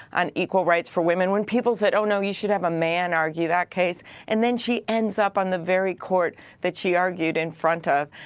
on equal rights for women when people said oh, no, you should have a man argue that case and then she ends up on the very court that she argued in front of,